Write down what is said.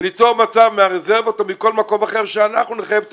וניצור מצב מהרזרבות או מכל מקום אחר שאנחנו נחייב את